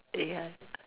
ya